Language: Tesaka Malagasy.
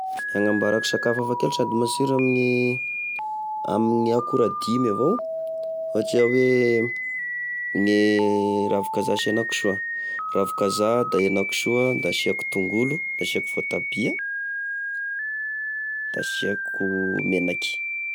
Agnamboarako sakafo hafakely sady matsiro amigne amigne akora dimy avao: ohatra hoe gne gne ravi-kazaha sy henakisoa, ravi-kazaha, da henakisoa, da asiako tongolo da asiako voatabia da asiako menaky.